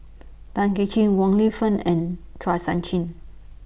Tay Kay Chin Wong Lin Fen and Chua Sian Chin